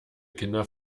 kinder